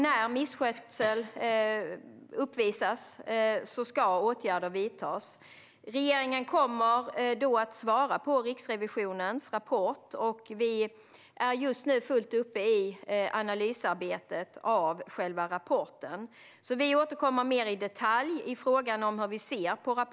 När misskötsel påvisas ska åtgärder vidtas. Regeringen kommer att svara på Riksrevisionens rapport. Vi är just nu mitt uppe i analysarbetet med själva rapporten, så vi återkommer mer i detalj i fråga om hur vi ser på den.